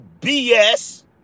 BS